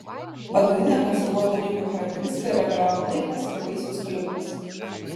pagrindinė konservuotų alyvuogių charakteristika yra galiojimo laikas ir vaisiaus kalibras